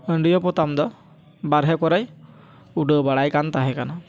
ᱟᱹᱰᱭᱟᱹ ᱯᱚᱛᱟᱢ ᱫᱚ ᱵᱟᱨᱦᱮ ᱠᱚᱨᱮᱭ ᱩᱰᱟᱹᱣ ᱵᱟᱲᱟᱭ ᱠᱟᱱ ᱛᱟᱦᱮᱸ ᱠᱟᱱᱟ